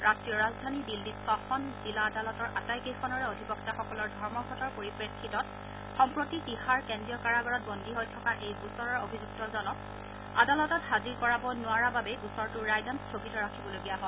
ৰাষ্ট্ৰীয় ৰাজধানী দিল্লীত ছখন জিলা আদালতৰ আটাইকেইখনৰে অধিবক্তাসকলৰ ধৰ্মঘটৰ পৰিপ্ৰেক্ষিতত সম্প্ৰতি তিহাৰ কেন্দ্ৰীয় কাৰাগাৰত বন্দী হৈ থকা এই গোচৰৰ অভিযুক্তজনক আদালতত হাজিৰ কৰাব নোৱাৰা বাবেই গোচৰটোৰ ৰায়দান স্থগিত ৰাখিবলগীয়া হয়